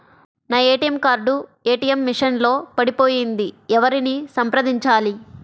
నా ATM card ATM machine లో పడిపోయింది ఎవరిని సంప్రదించాలి?